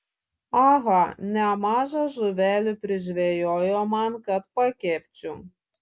aha nemaža žuvelių prižvejojo man kad pakepčiau